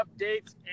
updates